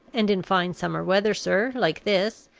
and in fine summer weather, sir, like this,